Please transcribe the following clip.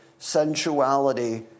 Sensuality